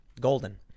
Golden